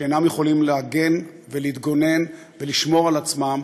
שאינם יכולים להגן ולהתגונן ולשמור על עצמם,